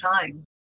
time